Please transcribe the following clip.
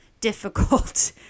difficult